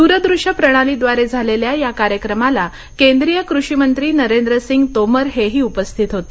दूर दृश्य प्रणाली द्वारे झालेल्या या कार्यक्रमाला केंद्रीय कृषिमंत्री नरेंद्र सिंग तोमर हेही उपस्थित होते